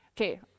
Okay